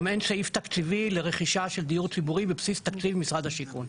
גם אין סעיף תקציבי לרכישה של דיור ציבורי בבסיס תקציב משרד השיכון.